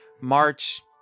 March